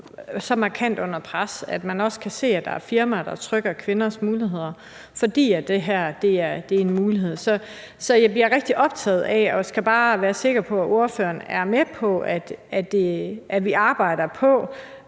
så markant under pres, at man også kan se, at der er firmaer, der trykker kvinders muligheder, fordi det her er en mulighed. Så jeg bliver rigtig optaget af det og skal bare være sikker på, at ordføreren er med på, at vi arbejder på,